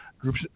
group's